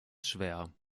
schwer